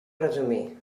resumir